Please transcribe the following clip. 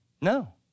No